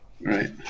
Right